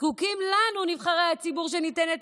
זקוקים לנו, נבחרי הציבור, שניתן את